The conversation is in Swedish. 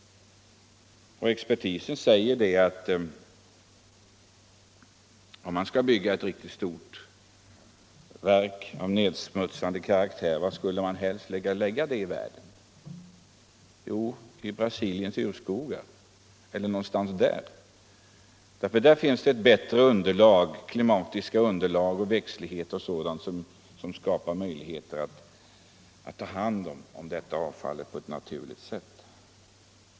Om man skulle bygga ett riktigt stort verk av nedsmutsande karaktär, var i världen skulle man helst lägga det? Jo, det vill expertisen göra någonstans i Brasiliens urskogar. Där finns ett bättre klimatiskt underlag, växtlighet och sådant som skapar möjlighet att ta hand om avfall på ett naturligt sätt.